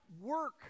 work